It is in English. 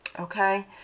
okay